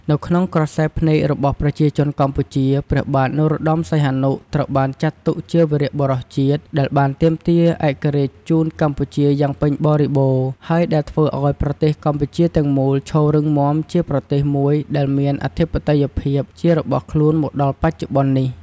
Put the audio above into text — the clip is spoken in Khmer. នៅក្នុងក្រសែរភ្នែករបស់ប្រជាជនកម្ពុជា ព្រះបាទនរោត្តមសីហនុ ត្រូវបានចាត់ទុកជាវីរៈបុរសជាតិ ដែលបានទាមទារឯករាជ្យជូនកម្ពុជាយ៉ាងពេញបរិបូរណ៍ ហើយដែលធ្វើឱ្យប្រទេសកម្ពុជាទាំងមូលឈររឹងមាំជាប្រទេសមួយដែលមានអធិបតេយ្យភាពជារបស់ខ្លួនមកដល់បច្ចុប្បន្ននេះ ។